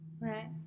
Right